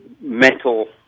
mental